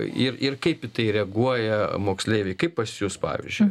ir ir kaip į tai reaguoja moksleiviai kaip pas jus pavyzdžiui